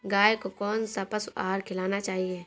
गाय को कौन सा पशु आहार खिलाना चाहिए?